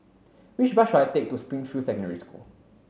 which bus should I take to Springfield Secondary School